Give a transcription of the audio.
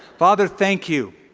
father, thank you